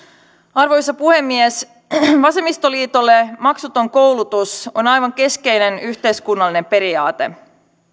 arvoisa puhemies vasemmistoliitolle maksuton koulutus on aivan keskeinen yhteiskunnallinen periaate